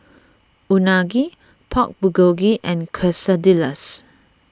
Unagi Pork Bulgogi and Quesadillas